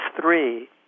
three